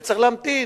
וצריך להמתין.